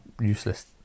useless